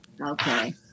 okay